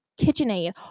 KitchenAid